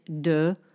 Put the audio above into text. de